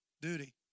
duty